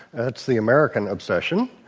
that's the american obsession,